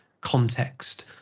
context